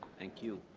thank you.